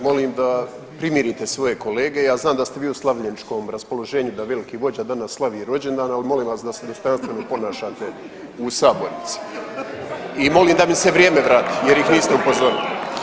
Molim da primirite svoje kolege, ja znam da ste vi u slavljeničkom raspoloženju da veliki vođa danas slavi rođendan, ali molim vas da se dostojanstveno ponašate u sabornici i molim da mi se vrijeme vrati jer ih niste upozorili.